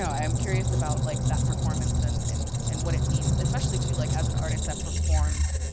so i'm curious about like that performance and and and what it means, especially, too, like as an artist that performs,